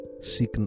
seek